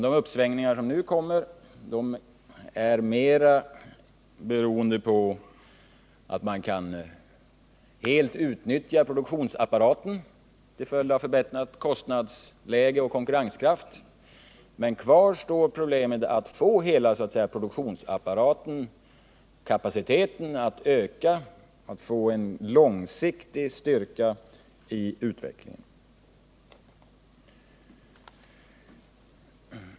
De uppsving som nu kommer är mer beroende på att man kan helt utnyttja produktionsapparaten till följd av förbättrat kostnadsläge och förbättrad konkurrenskraft. Men kvar står problemet att få hela kapaciteten att öka, att få en långsiktig styrka i utvecklingen.